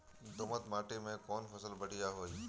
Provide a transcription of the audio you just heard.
दोमट माटी में कौन फसल बढ़ीया होई?